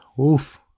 Oof